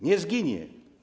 Nie zginie.